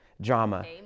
drama